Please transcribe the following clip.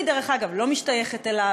אני, דרך אגב, לא משתייכת אליו.